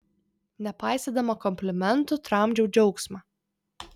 nepaisydama komplimentų tramdžiau džiaugsmą